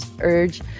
urge